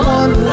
one